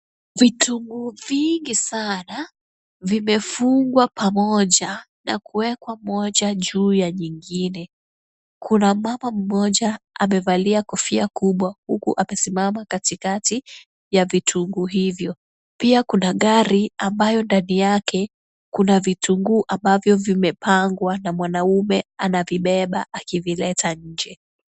Vitunguu vingi sana vimefungwa pamoja, na kuwekwa moja juu ya nyingine. Kuna mama mmoja amevalia kofia kubwa, huku amesimama katikati ya vitunguu hivyo. Pia kuna gari ambayo ndani yake, kuna vitunguu ambavyo vimepangwa, na mwanaume anavibeba akivileta nje.